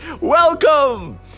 Welcome